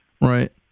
Right